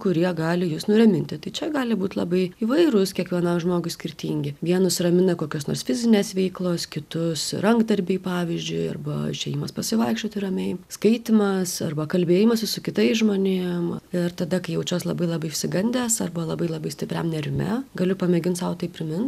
kurie gali jus nuraminti tai čia gali būt labai įvairūs kiekvienam žmogui skirtingi vienus ramina kokios nors fizinės veiklos kitus rankdarbiai pavyzdžiui arba ėjimas pasivaikščioti ramiai skaitymas arba kalbėjimasis su kitais žmonėm ir tada kai jaučiuos labai labai išsigandęs arba labai labai stipriam nerme galiu pamėgint sau tai primint